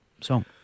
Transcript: song